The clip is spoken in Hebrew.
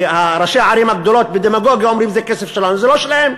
כי ראשי הערים הגדולות בדמגוגיה אומרים "זה כסף שלנו"; זה לא שלהם,